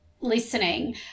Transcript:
listening